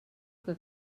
que